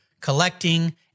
collecting